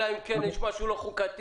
אלא אם כן יש משהו בלתי חוקתי.